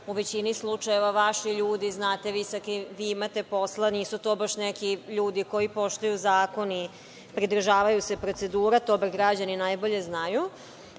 u većini slučajeva vaši ljudi, znate vi sa kim imate posla, nisu to baš neki ljudi koji poštuju zakon i pridržavaju se procedura, to bar građani najbolje